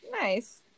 Nice